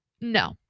no